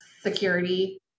security